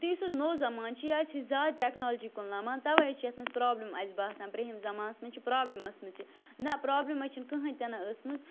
تہٕ یُس حظ نوٚو زَمانہ چھِ یہِ آسہِ ہے زیادٕ ٹٮ۪کنالجی کُن لَمان تَوَے حظ چھِ یَتھ منٛز پرٛابلِم اَسہِ باسان برُنٛہِم زمانَس منٛز چھِ پرٛابلِم ٲسمٕژ یہِ نَہ پرٛابلِم حظ چھِنہٕ کٕہیٖنۍ تہِ نَہ ٲسمٕژ